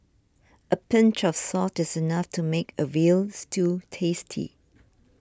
a pinch of salt is enough to make a Veal Stew tasty